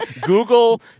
Google